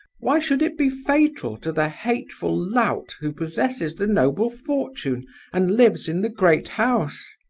why should it be fatal to the hateful lout who possesses the noble fortune and lives in the great house?